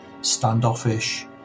standoffish